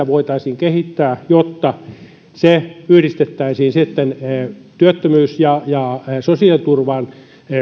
voitaisiin kehittää jotta se yhdistettäisiin työttömyys ja ja sosiaaliturvan